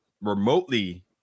remotely